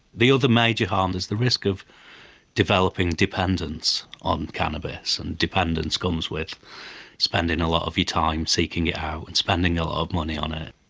the other major harm is the risk of developing dependence on cannabis, and dependence comes with spending a lot of your time seeking it out and spending a lot of money on it.